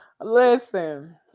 listen